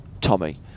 Tommy